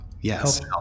Yes